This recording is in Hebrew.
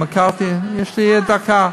יש לי עוד דקה.